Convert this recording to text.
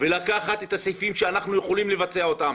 ולקחת את הסעיפים שאנחנו יכולים לבצע אותם.